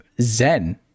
zen